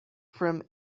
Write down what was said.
from